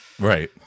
Right